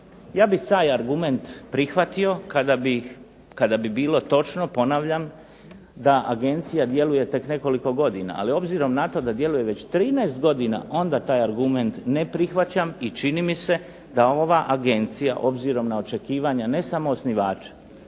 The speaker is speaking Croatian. Ja bih taj argument prihvatio kada bi bilo točno ponavljam da agencije djeluje tek nekoliko godina, ali obzirom na to da djeluje već 13 godina, onda taj argument ne prihvaćam i čini mi se da ova agencija obzirom na očekivanja ne samo osnivača,